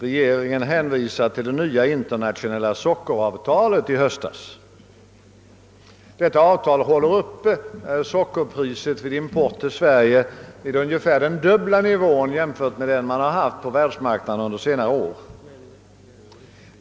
Regeringen hänvisar till det nya internationella sockeravtalet i höstas. Detta avtal håller sockerpriset vid import till Sverige uppe vid ungefär det dubbla jämfört med priset på världsmarknaden under senare år.